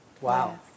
Wow